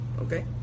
Okay